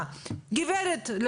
לאותה גברת שהגישה את הערעור,